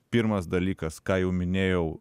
pirmas dalykas ką jau minėjau